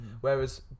whereas